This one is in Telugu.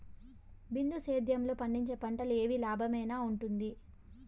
బిందు సేద్యము లో పండించే పంటలు ఏవి లాభమేనా వుంటుంది?